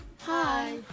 Hi